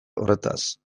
horretaz